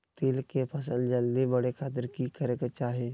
तिल के फसल जल्दी बड़े खातिर की करे के चाही?